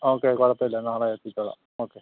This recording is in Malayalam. ഓക്കെ കുഴപ്പമില്ല നാളെ എത്തിച്ചോളാം ഓക്കെ